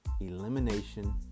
elimination